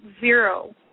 zero